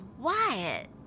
Wyatt